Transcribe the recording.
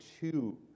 two